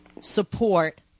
support